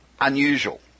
unusual